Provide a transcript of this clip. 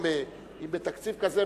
אם מדובר בתקציב כזה,